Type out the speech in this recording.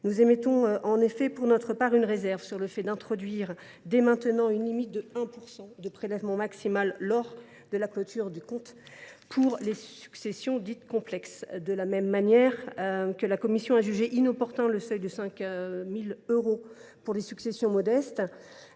Nous émettons une réserve sur le fait d’introduire dès maintenant une limite de 1 % de prélèvement maximal pour la clôture du compte lors des successions dites complexes. De la même manière que la commission a jugé inopportun le seuil de 5 000 euros pour les successions modestes,